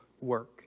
work